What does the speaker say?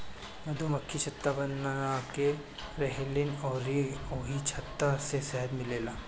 मधुमक्खियाँ छत्ता बनाके रहेलीन अउरी ओही छत्ता से शहद मिलेला